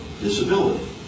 disability